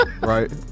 right